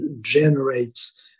generates